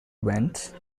went